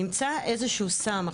נמצא איזשהו סם,